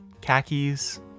khakis